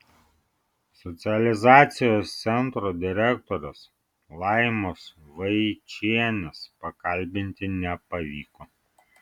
socializacijos centro direktorės laimos vaičienės pakalbinti nepavyko